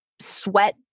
sweat